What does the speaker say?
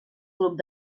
grup